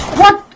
one